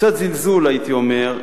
קצת בזלזול הייתי אומר,